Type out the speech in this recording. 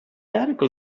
article